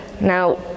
Now